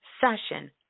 session